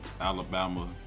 Alabama